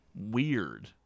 Weird